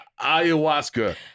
ayahuasca